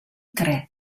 tre